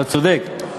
אתה צודק.